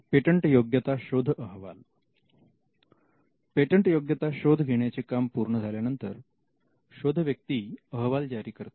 पेटंटयोग्यता शोध अहवाल पेटंटयोग्यता शोध घेण्याचे काम पूर्ण झाल्यानंतर शोध व्यक्ती अहवाल जारी करते